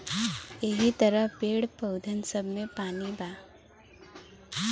यहि तरह पेड़, पउधन सब मे पानी बा